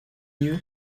you